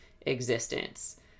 existence